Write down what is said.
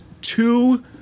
two